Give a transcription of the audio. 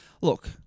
look